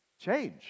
change